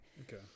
Okay